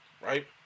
right